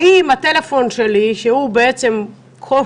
האם הטלפון שלי, שהיום הוא מרכז